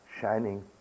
shining